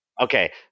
Okay